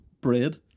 bread